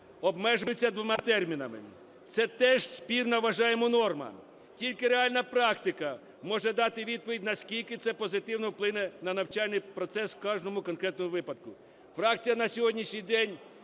обмежується двома термінами. Це теж спірна, вважаємо, норма. Тільки реальна практика може дати відповідь, наскільки це позитивно вплине на навчальний процес в кожному конкретному випадку. Фракція на сьогоднішній день